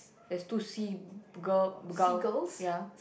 there's two seagull gulls ya